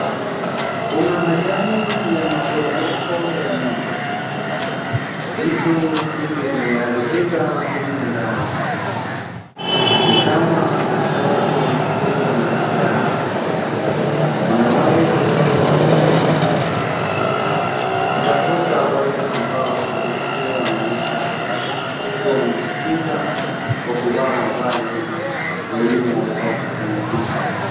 Kuna ajali ya maporomoko ya nyumba. Vitu vingi vimeharibika humu ndani, ni kama hata watu wamepoteza maisha yao. Kuna wale ambao wanajaribu kutafuta wale ambao wamepoteza maisha huku wamejikinga kwa kuvaa mavazi mwilini na hata kwenye kichwa.